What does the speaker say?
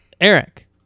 eric